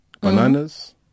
bananas